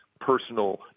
personal